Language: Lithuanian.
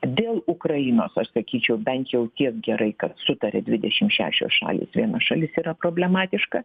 dėl ukrainos aš sakyčiau bent jau tiek gerai kad sutarė dvidešimt šešios šalys viena šalis yra problematiška